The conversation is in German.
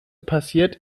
passiert